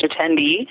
attendee